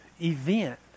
event